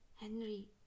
Henry